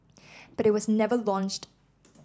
but it was never launched